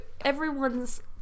everyone's